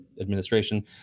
administration